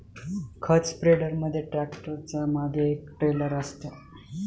खत स्प्रेडर मध्ये ट्रॅक्टरच्या मागे एक ट्रेलर असतं